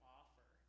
offer